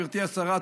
גברתי השרה,